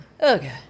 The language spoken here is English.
Okay